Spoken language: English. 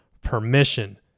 permission